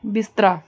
ਬਿਸਤਰਾ